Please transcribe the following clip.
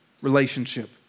relationship